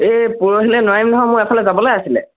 এই পৰহিলৈ নোৱাৰিম নহয় মোৰ এফালে যাবলৈ আছিলে